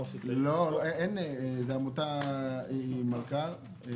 לא, זו עמותה שהיא מלכ"ר.